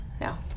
no